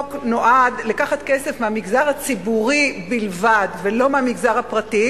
החוק נועד לקחת כסף מהמגזר הציבורי בלבד ולא מהמגזר הפרטי,